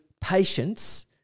patience